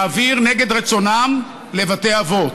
להעביר נגד רצונם לבתי אבות.